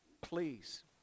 please